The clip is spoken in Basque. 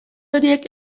horiek